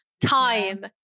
time